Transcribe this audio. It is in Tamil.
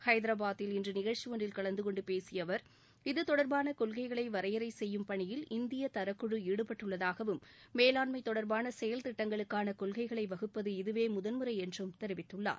ஹைதரபாத்தில் இன்று நிகழ்ச்சி ஒன்றில் கலந்து கொண்டு பேசிய அவர் இத்தொடர்பான கொள்கைகளை வரையறை செய்யும் பணியில் இந்திய தரக்குழு ஈடுபட்டுள்ளதாகவும் மேலாண்மை தொடர்பான செயல் திட்டங்களுக்கான கொள்கைகளை வகுப்பது இதவே முதன்முறை என்றும் தெரிவித்துள்ளார்